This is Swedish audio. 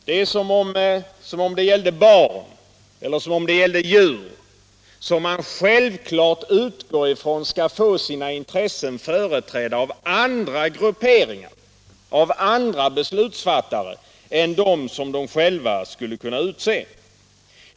Det är som om det gällde barn, som om det gällde djur som man självklart utgår ifrån skall få sina intressen företrädda av andra grupperingar, av andra beslutsfattare än dem som de själva skulle kunna utse.